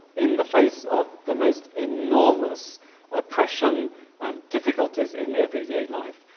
in the face of the most enormous oppression and difficulties in everyday life,